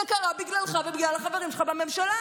זה קרה בגללך ובגלל החברים שלך בממשלה.